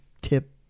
tip